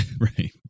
Right